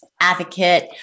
advocate